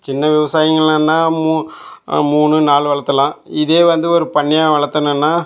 சின்ன விவசாயிகள்லான்னால் மூணு மூணு நாலு வளர்த்தலாம் இதே வந்து ஒரு பண்ணையாக வளர்த்தணுன்னா